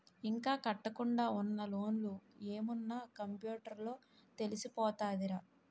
ఇంకా కట్టకుండా ఉన్న లోన్లు ఏమున్న కంప్యూటర్ లో తెలిసిపోతదిరా